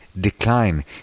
decline